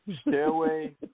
Stairway